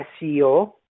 SEO